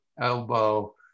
elbow